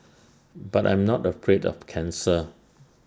but I'm not afraid of cancer